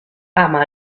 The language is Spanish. ama